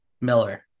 miller